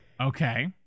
Okay